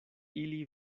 ili